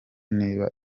niba